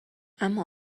اما